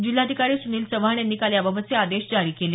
जिल्हाधिकारी सुनिल चव्हाण यांनी काल याबाबतचे आदेश जारी केले